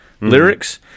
lyrics